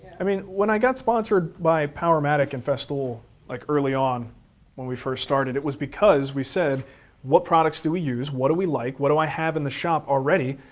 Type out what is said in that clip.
i mean, when i got sponsored by powermatic and festool like early on when we first started, it was because we said what products did we use, what do we like, what do i have in the shop already,